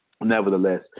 nevertheless